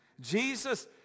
Jesus